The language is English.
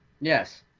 Yes